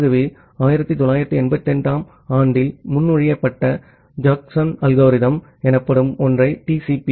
ஆகவே 1988 ஆம் ஆண்டில் முன்மொழியப்பட்ட ஜேக்கப்சன் அல்காரிதம் எனப்படும் ஒன்றை TCP